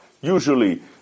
usually